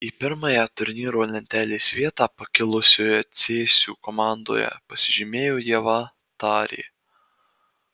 į pirmąją turnyro lentelės vietą pakilusioje cėsių komandoje pasižymėjo ieva tarė